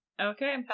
Okay